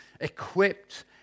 equipped